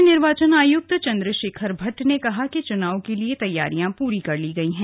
राज्य निर्वाचन आयुक्त चंद्रशेखर भट्ट ने कहा कि चुनाव के लिए तैयारियां पूरी केर ली गई है